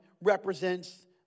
represents